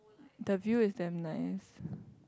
the view is damn nice